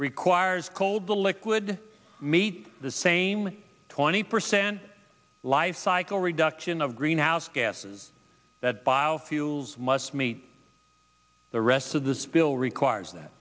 requires cold the liquid meet the same twenty percent lifecycle reduction of greenhouse gases that biofuels must meet the rest of this bill requires that